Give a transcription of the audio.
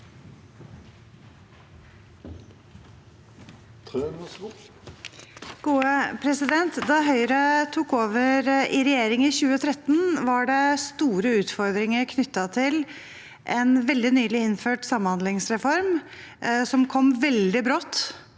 Da Høyre tok over i regjering i 2013, var det store utfordringer knyttet til en veldig nylig innført samhandlingsreform, som kom veldig brått